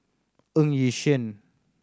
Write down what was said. Ng Yi Sheng